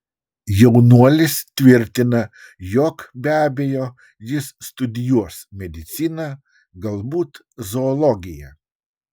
jaunuolis tvirtina jog be abejo jis studijuos mediciną galbūt zoologiją